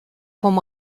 vom